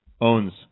owns